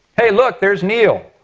hey look there's neil!